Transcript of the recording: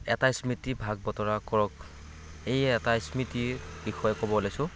এটা স্মৃতি ভাগ বটৰা কৰক এই এটা স্মৃতি বিষয়ে ক'ব ওলাইছো